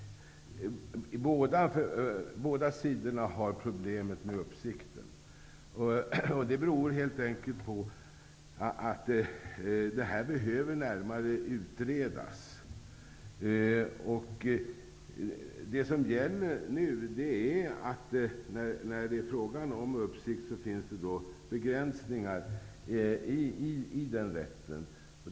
Båda sidorna har problem med uppsikten. Det beror helt enkelt på att detta behöver utredas närmare. När det gäller frågan om uppsikt, finns det begränsningar i den rätten.